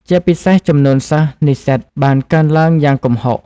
ជាពិសេស ចំនួនសិស្ស-និស្សិត បានកើនឡើងយ៉ាងគំហុក។